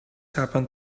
happened